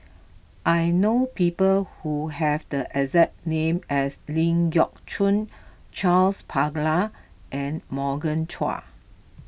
I know people who have the exact name as Ling Geok Choon Charles Paglar and Morgan Chua